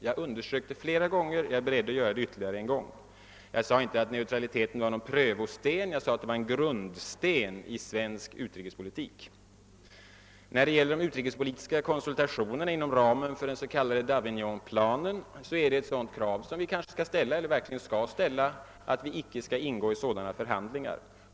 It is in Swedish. Jag underströk det flera gånger och jag är beredd att göra det ytterligare en gång. Jag sade inte att neutraliteten var någon »prövosten», jag sade att det var en grundsten i svensk utrikespolitik. När det gäller de utrikespolitiska konsultationerna inom ramen för den s.k. Davignonplanen är det ett krav som vi skall ställa, att vi icke skall ingå i sådana förhandlingar.